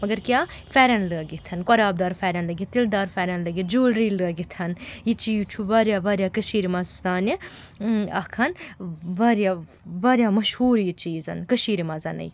مگر کیٛاہ پھٮ۪رن لٲگِتھ قۄراب دار پھٮ۪رن لٲگِتھ تِلہٕ دار پھٮ۪رن لٔگِ جیٛوٗلری لٲگِتھ یہِ چیٖز چھُ واریاہ واریاہ کٔشیٖرِ منٛز سانہِ اکھ واریاہ واریاہ مشہوٗر یہِ چیٖز کٔشیٖرِ منٛزَ